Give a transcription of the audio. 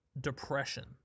depression